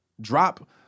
Drop